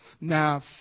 Now